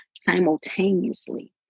simultaneously